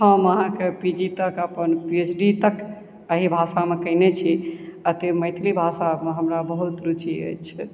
हम अहाँकेँ पीजी तक अपन पीएचडी तक एहि भाषामे कयने छी एतऽ मैथिलि भाषामे हमरा बहुत रूचि अछि